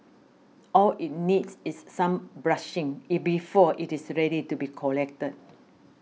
all it needs is some brushing it before it is ready to be collected